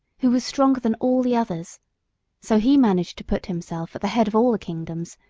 who was stronger than all the others so he managed to put himself at the head of all the kingdoms,